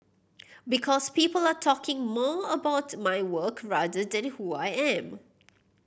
because people are talking more about my work rather than who I am